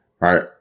right